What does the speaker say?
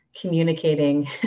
communicating